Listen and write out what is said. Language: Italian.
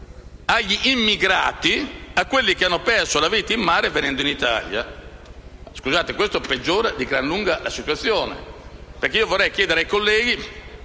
agli immigrati, a quelli che hanno perso la vita in mare venendo in Italia. Questo peggiora di gran lunga la situazione. Vorrei chiedere ai colleghi,